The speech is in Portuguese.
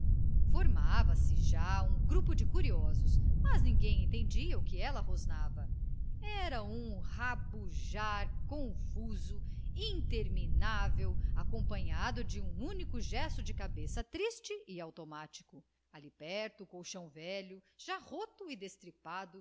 olhá-la formava-se já um grupo de curiosos mas ninguém entendia o que ela rosnava era um rabujar confuso interminável acompanhado de um único gesto de cabeça triste e automático ali perto o colchão velho já roto e